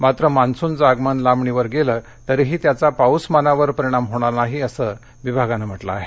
मात्र मान्सूनचं आगमन लांबणीवर गेलं तरी त्याचा पाऊसमानावर परिणाम होणार नाही असं हवामान विभागानं म्हटलं आहे